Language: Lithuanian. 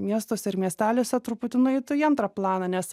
miestuose ir miesteliuose truputį nueitų į antrą planą nes